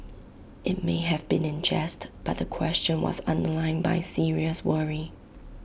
IT may have been in jest but the question was underlined by serious worry